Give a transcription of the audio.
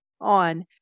on